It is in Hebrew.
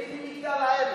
והיא ממגדל העמק,